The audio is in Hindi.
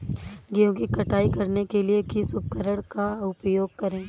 गेहूँ की कटाई करने के लिए किस उपकरण का उपयोग करें?